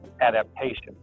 adaptation